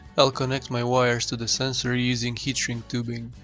i'll connect my wires to the sensor using heat shrink tubing.